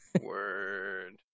Word